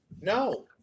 No